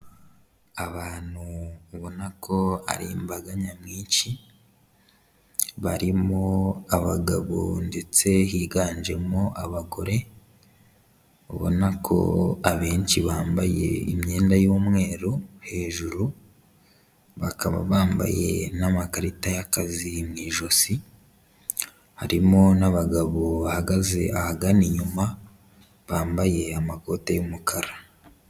Abantu ubona ko ari imbaga nyamwinshi, barimo abagabo ndetse higanjemo abagore, ubona ko abenshi bambaye imyenda y'umweru hejuru, bakaba bambaye n'amakarita y'akazi mu ijosi, harimo n'abagabo bahagaze ahagana inyuma, bambaye amakote y'umukara.